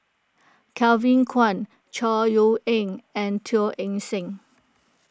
Kevin Kwan Chor Yeok Eng and Teo Eng Seng